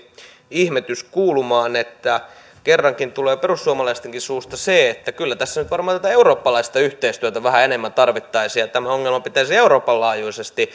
ihmetys kuulumaan että kerrankin tulee perussuomalaistenkin suusta se että kyllä tässä nyt varmaan tätä eurooppalaista yhteistyötä vähän enemmän tarvittaisiin ja tämä ongelma pitäisi euroopan laajuisesti